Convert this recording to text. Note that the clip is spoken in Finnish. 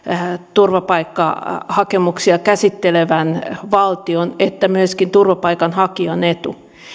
turvapaikkahakemuksia käsittelevän valtion että turvapaikanhakijan etu